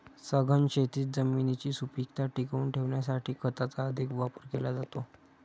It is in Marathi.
सघन शेतीत जमिनीची सुपीकता टिकवून ठेवण्यासाठी खताचा अधिक वापर केला जातो